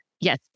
Yes